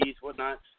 whatnot